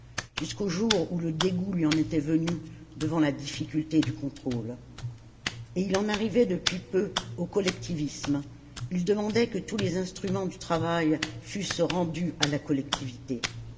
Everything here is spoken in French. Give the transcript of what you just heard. jusqu'au jour où le dégoût lui en était venu devant la difficulté du contrôle et il en arrivait depuis peu au collectivisme il demandait que tous les instruments du travail fussent rendus à la collectivité